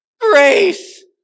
Grace